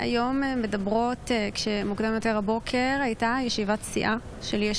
הישיבה הבאה תתקיים מחר, יום רביעי